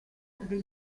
del